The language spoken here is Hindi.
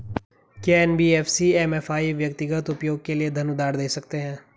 क्या एन.बी.एफ.सी एम.एफ.आई व्यक्तिगत उपयोग के लिए धन उधार दें सकते हैं?